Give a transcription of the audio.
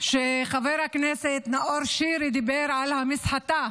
כשחבר הכנסת נאור שירי דיבר על המסחטה,